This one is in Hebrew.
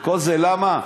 וכל זה למה?